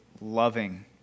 loving